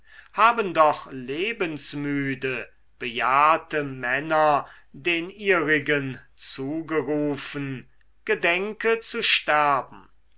haben doch lebensmüde bejahrte männer den ihrigen zugerufen gedenke zu sterben